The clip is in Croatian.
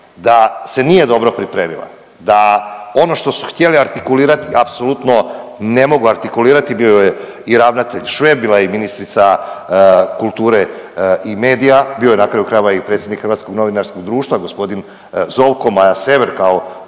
da se nije dobro pripremila, da ono što su htjeli artikulirati apsolutno ne mogu artikulirati, bio je i ravnatelj Šveb, bila je i ministrica kulture i medija, bio je na kraju krajeva i predsjednik Hrvatskog novinarskog društva gospodin Zovko, Maja Sever kao